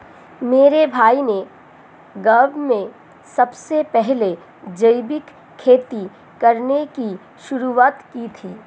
मेरे भाई ने गांव में सबसे पहले जैविक खेती करने की शुरुआत की थी